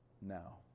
now